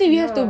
ya